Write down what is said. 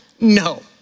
No